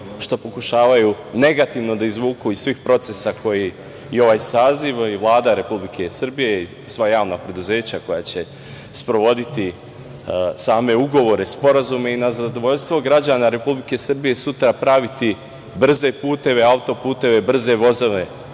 što pokušavaju negativno da izvuku iz svih procesa koji i ovaj saziv, a i Vlada Republike Srbije i sva javna preduzeća koja će sprovoditi same ugovore, sporazume i na zadovoljstvo građana Republike Srbije, sutra praviti brze puteve, autoputeve, brze vozove,